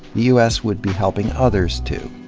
the u s. would be helping others, too.